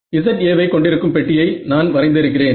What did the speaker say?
Za வை கொண்டிருக்கும் பெட்டியை நான் வரைந்து இருக்கிறேன்